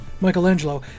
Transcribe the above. Michelangelo